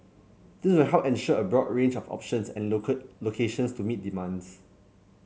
this will help ensure a broad range of options and locations to meet demand